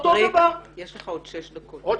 בריק, יש לך עוד שש דקות.